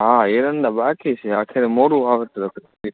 હા એરંડા બાકી છે આખરે મોડું વાવેતર થશે